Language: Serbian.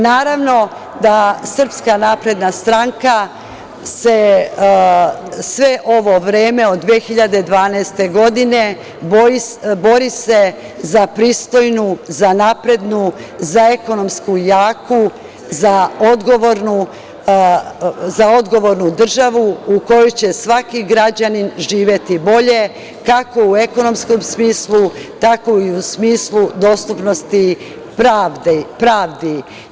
Naravno da SNS sve ovo vreme od 2012. godine se bori za pristojnu, naprednu, ekonomski jaku, odgovornu državu u kojoj će svaki građanin živeti bolje, kako u ekonomskom smislu, tako i u smislu dostupnosti pravdi.